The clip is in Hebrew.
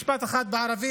משפט אחד בערבית: